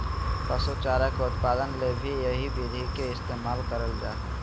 पशु चारा के उत्पादन ले भी यही विधि के इस्तेमाल करल जा हई